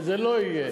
וזה לא יהיה,